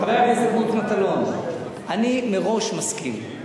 חבר הכנסת מוץ מטלון, אני מראש מסכים.